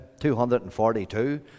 242